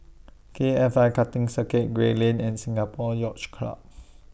K F I Karting Circuit Gray Lane and Singapore Yacht Club